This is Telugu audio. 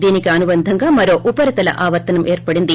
దీనికి అనుబంధంగా మరో ఉపరితల ఆవర్తనం ఏర్పడింది